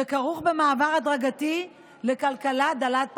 וכרוך במעבר הדרגתי לכלכלה דלת פחמן,